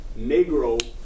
Negro